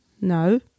No